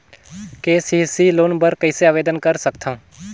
KCC loan बर कइसे आवेदन कर सकथव?